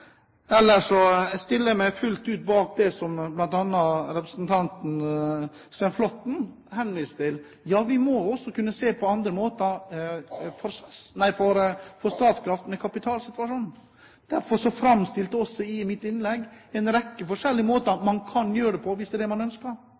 stiller jeg meg fullt ut bak det bl.a. representanten Svein Flåtten henviste til. Ja, vi må kunne se på kapitalsituasjonen for Statkraft også på andre måter. Derfor framstilte jeg i mitt innlegg en rekke forskjellige måter